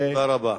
תודה רבה.